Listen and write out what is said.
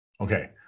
Okay